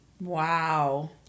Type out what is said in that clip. Wow